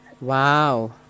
Wow